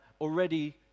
already